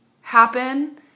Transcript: happen